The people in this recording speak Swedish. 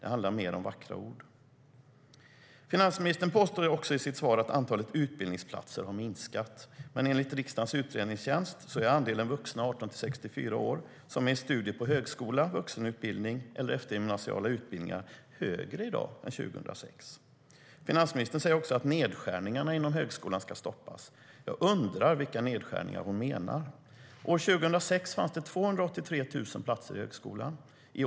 Det handlar mer om vackra ord. Finansministern säger också att nedskärningarna inom högskolan ska stoppas. Jag undrar vilka nedskärningar hon menar.